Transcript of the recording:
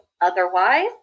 otherwise